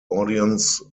audience